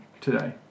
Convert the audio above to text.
today